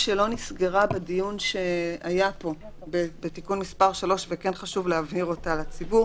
נסגרה בדיון והיה חשוב להבהיר אותה לציבור